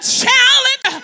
challenge